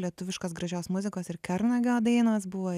lietuviškos gražios muzikos ir kernagio dainos buvo